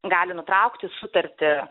gali nutraukti sutartį